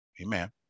amen